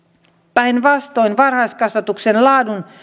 päinvastoin varhaiskasvatuksen laadun